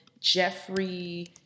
Jeffrey